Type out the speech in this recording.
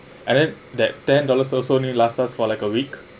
and then that ten dollars also only last us for like a week